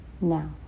now